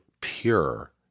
PURE